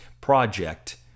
project